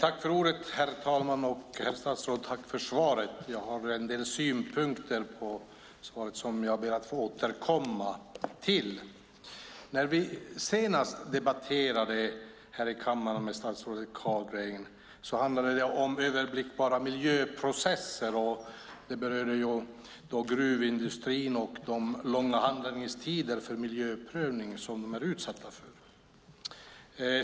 Herr talman! Tack för svaret, herr statsråd! Jag har en del synpunkter på svaret som jag ber att få återkomma till. När vi senast debatterade i kammaren med statsrådet Carlgren handlade det om överblickbara miljöprocesser. Det berörde gruvindustrin och de långa handläggningstiderna för miljöprövning som de är utsatta för.